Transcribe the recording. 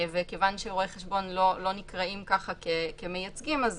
וכיוון שרואי חשבון לא נקראים כמייצגים, אז